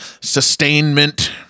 sustainment